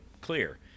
clear